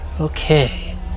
Okay